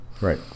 Right